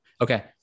Okay